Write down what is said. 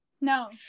No